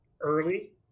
early